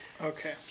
Okay